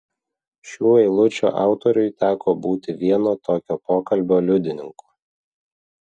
šių eilučių autoriui teko būti vieno tokio pokalbio liudininku